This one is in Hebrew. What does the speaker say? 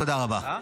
תודה רבה.